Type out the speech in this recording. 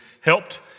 helped